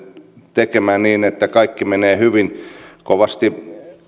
tekemään niin että kaikki menee hyvin kovasti